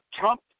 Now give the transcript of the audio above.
Trump